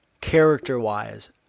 character-wise